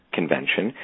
convention